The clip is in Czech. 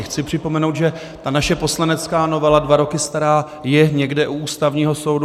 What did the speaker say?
Chci připomenout, že ta naše poslanecká novela, dva roky stará, je někde u Ústavního soudu.